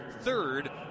third